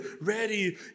ready